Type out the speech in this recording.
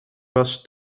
was